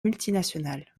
multinationales